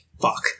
Fuck